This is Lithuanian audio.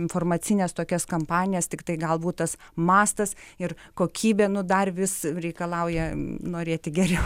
informacines tokias kampanijas tiktai galbūt tas mastas ir kokybė nu dar vis reikalauja norėti geriau